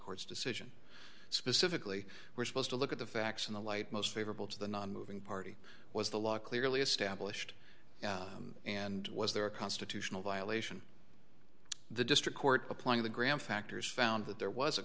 court's decision specifically we're supposed to look at the facts in the light most favorable to the nonmoving party was the law clearly established and was there a constitutional violation the district court applying the graham factors found that there was a